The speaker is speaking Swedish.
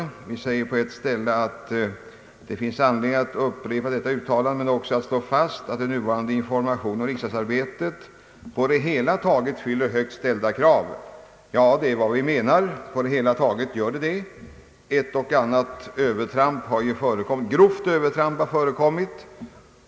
Utskottet säger på ett ställe: »Det finns anledning att upprepa detta uttalande men också att slå fast att den nuvarande informationen om riksdagsarbetet på det hela taget fyller högt ställda krav.» Ja, detta är vad vi menar — på det hela taget fyller den nuvarande informationen högt krav. Ett och annat grovt övertramp har ju förekommit.